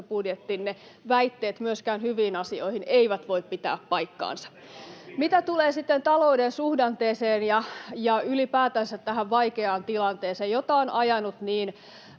vaihtoehtobudjettinne väitteet myöskään hyviin asioihin eivät voi pitää paikkaansa. Mitä tulee sitten talouden suhdanteeseen ja ylipäätänsä tähän vaikeaan tilanteeseen, jota on ajanut niin